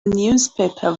newspaper